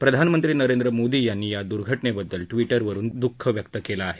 प्रधानमंत्री नरेंद्र मोदी यांनी या दुर्घटनेबद्दल ट्विटरवरून तीव्र दुःख व्यक्त केलं आहे